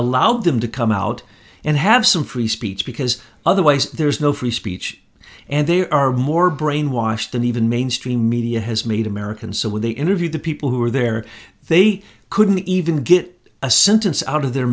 allowed them to come out and have some free speech because otherwise there is no free speech and they are more brainwashed and even mainstream media has made american so when they interviewed the people who were there they couldn't even get a sentence out of their